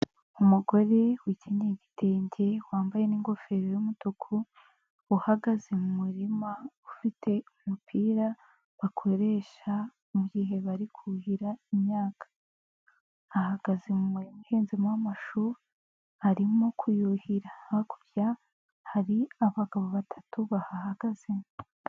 Umugore wikenyeye igitenge wambaye n'ingofero y'umutuku, uhagaze mu murima ufite umupira bakoresha mugihe bari kuhira imyaka, ahagaze mu murima uhinzemo amashu arimo kuyuhira, hakurya hari abagabo batatu bahahagaze.